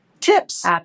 tips